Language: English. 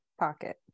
pocket